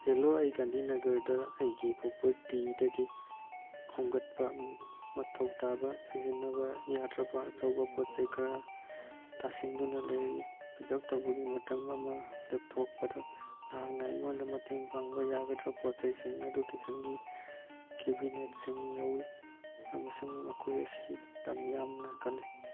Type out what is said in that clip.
hello ꯑꯩ ꯒꯥꯟꯙꯤꯅꯒꯔꯗ ꯑꯩꯒꯤ ꯄ꯭ꯔꯣꯄꯔꯇꯤꯗꯒꯤ ꯈꯣꯝꯒꯠꯄ ꯃꯊꯧ ꯇꯥꯕ ꯁꯤꯖꯤꯟꯅꯕ ꯌꯥꯗ꯭ꯔꯕ ꯑꯆꯧꯕ ꯄꯣꯠ ꯆꯩ ꯈꯔ ꯇꯥꯁꯤꯟꯗꯨꯅ ꯂꯩꯔꯤ ꯄꯤꯛ ꯎꯞ ꯇꯧꯕꯒꯤ ꯃꯇꯝ ꯑꯃ ꯂꯦꯞꯊꯣꯛꯄꯗ ꯅꯍꯥꯛꯅ ꯑꯩꯉꯣꯟꯗ ꯃꯇꯦꯡ ꯄꯥꯡꯕ ꯉꯝꯒꯗ꯭ꯔꯥ ꯄꯣꯠ ꯆꯩꯁꯤꯡ ꯑꯗꯨ ꯀꯤꯆꯟꯒꯤ ꯀꯦꯕꯤꯅꯦꯠꯁꯤꯡ ꯌꯥꯎꯋꯤ ꯑꯃꯁꯨꯡ ꯃꯈꯣꯏ ꯑꯁꯤ ꯂꯝ ꯌꯥꯝꯅ ꯀꯜꯂꯤ